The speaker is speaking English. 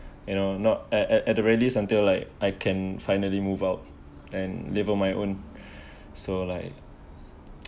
you know not at at at the rallies until like I can finally move out and live on my own so like